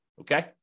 okay